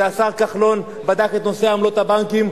כשהשר כחלון בדק את נושא עמלות הבנקים,